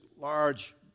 large